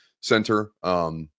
Center